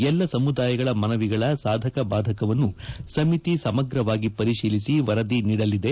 ಎಲ್ಲ ಸಮುದಾಯಗಳ ಮನವಿಗಳ ಸಾಧಕ ಬಾಧಕವನ್ನು ಸಮಿತಿ ಸಮಗ್ರವಾಗಿ ಪರಿಶೀಲಿಸಿ ವರದಿ ನೀಡಲಿದೆ